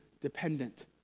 dependent